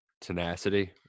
tenacity